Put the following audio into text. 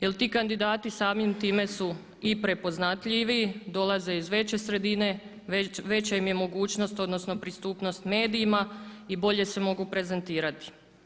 Jer ti kandidati samim time su i prepoznatljivi, dolaze iz veće sredine, veća im je mogućnost odnosno pristupnost medijima i bolje se mogu prezentirati.